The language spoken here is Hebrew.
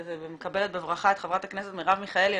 מקבלת בברכה את חברת הכנסת מירב מיכאלי.